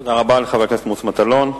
תודה רבה לחבר הכנסת מוץ מטלון.